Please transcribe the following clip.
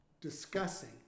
discussing